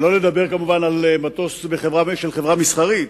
שלא לדבר כמובן על מטוס של חברה מסחרית,